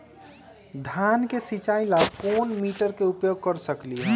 धान के सिचाई ला कोंन मोटर के उपयोग कर सकली ह?